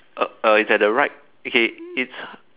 uh uh it's at the right okay it's